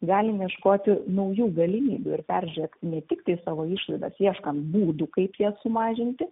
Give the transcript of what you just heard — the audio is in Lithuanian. galim ieškoti naujų galimybių ir peržiūrėt ne tiktai savo išlaidas ieškant būdų kaip jas sumažinti